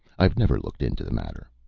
i've never looked into the matter.